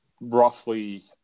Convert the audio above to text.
roughly